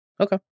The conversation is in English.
Okay